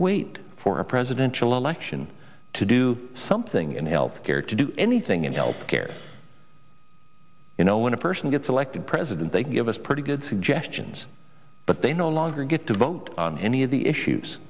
wait for a presidential election to do something in health care to do anything in health care you know when a person gets elected president they give us pretty good suggestions but they no longer get to vote on any of the issues